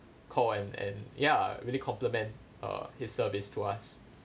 call and and ya really compliment uh his service to us